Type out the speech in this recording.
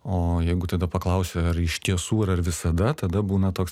o jeigu tada paklausiu ar iš tiesų ir visada tada būna toks